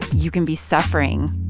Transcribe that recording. you can be suffering,